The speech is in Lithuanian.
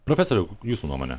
profesoriau jūsų nuomonė